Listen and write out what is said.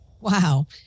Wow